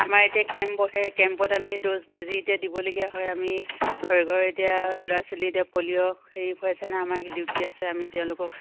আমাৰ এতিয়া কেম্প সেই কেম্পত আমি ড'ছ বেজী এতিয়া দিবলগীয়া হয় আমি ঘৰে ঘৰে এতিয়া ল'ৰা ছোৱালী এতিয়া পলিঅ' হেৰি খোৱাইছে নাই আমাৰ ডিউটি আছে আমি তেওঁলোকক